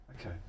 Okay